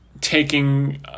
taking